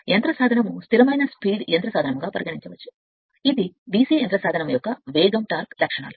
యంత్ర సాధనము స్థిరమైన స్పీడ్ యంత్ర సాధనముగా పరిగణించవచ్చు ఇది DC యంత్ర సాధనము యొక్క వేగం టార్క్ లక్షణాలు